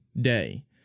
day